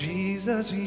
Jesus